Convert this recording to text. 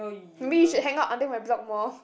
for me you should hang out under my block more